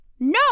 No